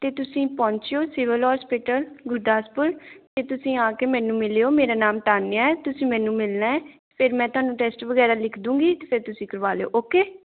ਅਤੇ ਤੁਸੀਂ ਪਹੁੰਚਿਓ ਸਿਵਿਲ ਹੋਸਪਿਟਲ ਗੁਰਦਾਸਪੁਰ ਅਤੇ ਤੁਸੀਂ ਆ ਕੇ ਮੈਨੂੰ ਮਿਲਿਓ ਮੇਰਾ ਨਾਮ ਤਾਨੀਆ ਹੈ ਤੁਸੀਂ ਮੈਨੂੰ ਮਿਲਣਾ ਫਿਰ ਮੈਂ ਤੁਹਾਨੂੰ ਟੈਸਟ ਵਗੈਰਾ ਲਿਖ ਦਊਂਗੀ ਫਿਰ ਤੁਸੀਂ ਕਰਵਾ ਲਿਓ ਓਕੇ